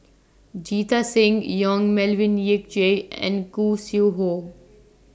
Jita Singh Yong Melvin Yik Chye and Khoo Sui Hoe